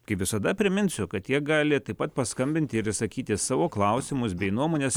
kaip visada priminsiu kad jie gali taip pat paskambinti ir išsakyti savo klausimus bei nuomones